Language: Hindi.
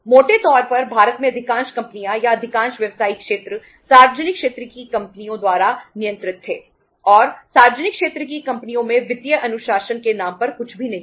मोटे तौर पर भारत में अधिकांश कंपनियां या अधिकांश व्यावसायिक क्षेत्र सार्वजनिक क्षेत्र की कंपनियों द्वारा नियंत्रित थे और सार्वजनिक क्षेत्र की कंपनियों में वित्तीय अनुशासन के नाम पर कुछ भी नहीं था